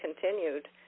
continued